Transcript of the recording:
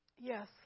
Yes